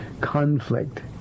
conflict